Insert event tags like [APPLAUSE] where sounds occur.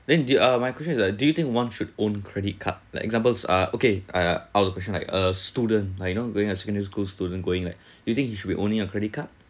then do you uh my question is like do you think one should own credit card like examples are okay I uh our question like a student like you know going a secondary school student going like [BREATH] you think he should be owning a credit card